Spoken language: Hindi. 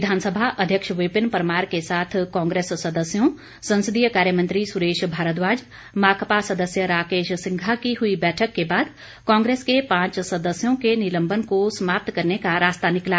विधानसभा अध्यक्ष विपिन परमार के साथ कांग्रेस सदस्यों संसदीय कार्य मंत्री सुरेश भारद्वाज माकपा सदस्य राकेश सिंघा की हई बैठक के बाद कांग्रेस के पांच सदस्यों के निलंबन को समाप्त करने का रास्ता निकला